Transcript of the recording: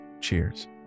Cheers